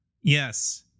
yes